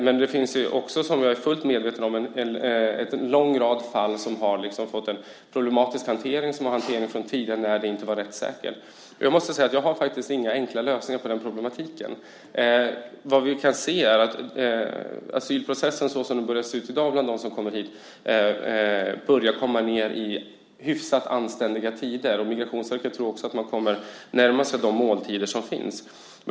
Jag är fullt medveten om att det finns en lång rad fall som har fått en problematisk hantering från tidigare när det inte var rättssäkert. Jag har faktiskt inga enkla lösningar på den problematiken. Vi kan se att asylprocessen som den ser ut i dag bland dem som kommer hit börjar komma ned i hyfsat anständiga tider. Migrationsverket tror också att man kommer att närma sig de mål som finns.